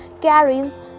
carries